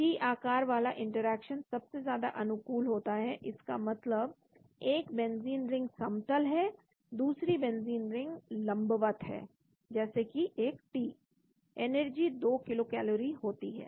T आकार वाला interaction सबसे ज्यादा अनुकूल होता है इसका मतलब एक बेंजीन रिंग समतल है दूसरी बेंजीन रिंग लम्बवत्त होती है जैसे T एनर्जी 2 किलो कैलोरी होती है